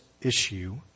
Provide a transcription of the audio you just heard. issue